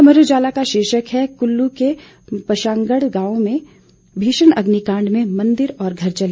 अमर उजाला का शीर्षक है कुल्लू के बरशांघड़ गांव में भीषण अग्निकांड मंदिर और घर जले